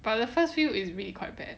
but the first few is really quite bad